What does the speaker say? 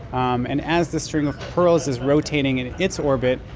um and as the string of pearls is rotating in its orbit,